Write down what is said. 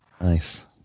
Nice